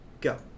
go